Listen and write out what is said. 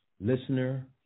listener